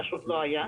פשוט לא היה.